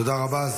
תודה רבה.